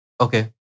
Okay